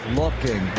looking